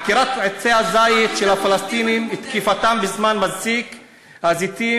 עקירת עצי הזית של הפלסטינים ותקיפתם בזמן מסיק הזיתים,